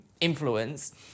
influence